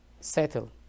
settle